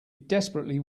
desperately